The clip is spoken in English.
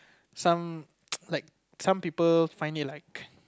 some like some people find it like